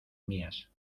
mías